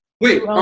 Wait